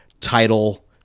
title